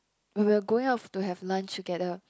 when we are going out to have lunch together